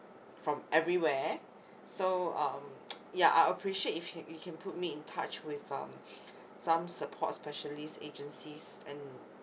from everywhere so um ya I appreciate if you you can put me in touch with um some support specialist agencies and